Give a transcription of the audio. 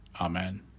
Amen